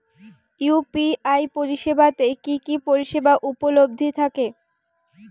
UPI পরিষেবা তে কি কি পরিষেবা উপলব্ধি থাকে?